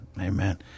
amen